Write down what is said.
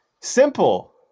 Simple